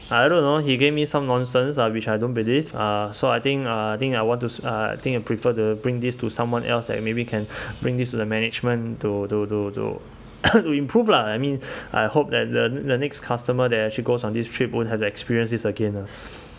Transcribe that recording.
I don't know he gave me some nonsense uh which I don't believe uh so I think uh I think I want to uh I think I prefer to bring this to someone else that maybe can bring this to the management to to to to improve lah I mean I hope that the the next customer that actually goes on this trip won't have the experience this again ah